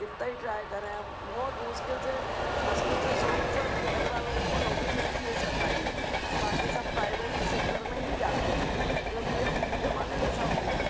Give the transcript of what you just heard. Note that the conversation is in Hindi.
कितना ही ट्राई करें हम बहुत मुश्किल से मुश्किल से सौ में से पंद्रह लोगों को नौकरी मिलती है सरकारी में बाकी सब प्राइवेट सेक्टर में ही जाते हैं क्योंकि अब जमाना ही ऐसा हो गया है